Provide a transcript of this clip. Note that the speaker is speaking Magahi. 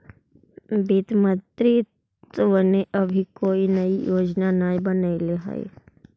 वित्त मंत्रित्व ने अभी कोई नई योजना न बनलई हे